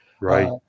Right